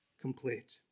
complete